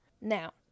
Now